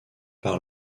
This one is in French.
par